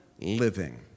living